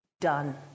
Done